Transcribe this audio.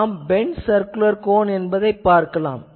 நாம் bent circular cone என்பதைப் பார்க்கலாம்